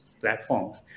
platforms